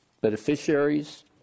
beneficiaries